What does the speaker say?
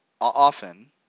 often